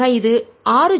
ஆக இது 6